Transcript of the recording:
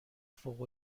فوق